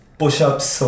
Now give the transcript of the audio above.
push-ups